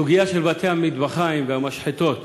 הסוגיה של בתי-המטבחיים והמשחטות,